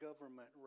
government